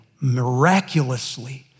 miraculously